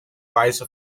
vice